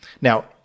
Now